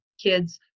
kids